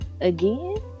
again